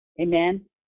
Amen